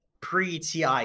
pre-TI